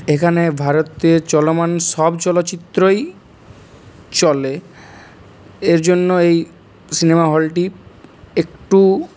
এখানে ভারতে চলমান সব চলচ্চিত্রই চলে এর জন্য এই সিনেমা হলটি একটু